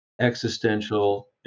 existential